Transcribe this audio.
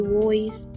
voice